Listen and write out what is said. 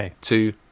two